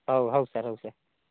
ହେଉ ହେଉ ସାର୍ ହେଉ ସାର୍